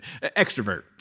extrovert